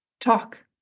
talk